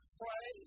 pray